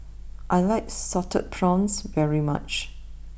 I like Salted Prawns very much